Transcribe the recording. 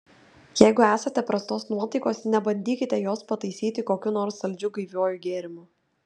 jeigu esate prastos nuotaikos nebandykite jos pataisyti kokiu nors saldžiu gaiviuoju gėrimu